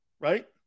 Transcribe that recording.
right